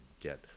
get